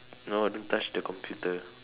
no don't touch the computer